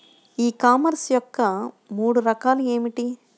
ఈ కామర్స్ యొక్క మూడు రకాలు ఏమిటి?